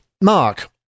mark